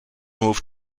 moved